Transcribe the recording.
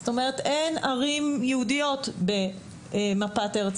זאת אומרת אין ערים יהודיות במפת ארץ